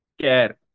care